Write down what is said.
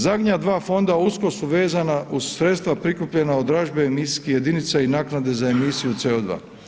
Zadnja dva fonda usko su vezana uz sredstva prikupljena od dražbe emisijskih jedinica i naknade za emisiju CO2.